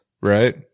right